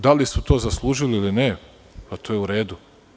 Da li su to zaslužili ili ne, pa to je u redu.